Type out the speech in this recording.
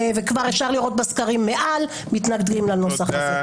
וכבר אפשר לראות בסקרים שיותר ממחצית מתנגדים לנוסח הזה.